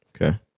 Okay